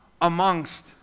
amongst